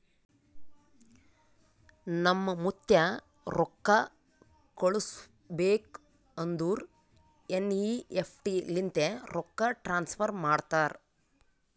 ನಮ್ ಮುತ್ತ್ಯಾ ರೊಕ್ಕಾ ಕಳುಸ್ಬೇಕ್ ಅಂದುರ್ ಎನ್.ಈ.ಎಫ್.ಟಿ ಲಿಂತೆ ರೊಕ್ಕಾ ಟ್ರಾನ್ಸಫರ್ ಮಾಡ್ತಾರ್